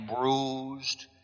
bruised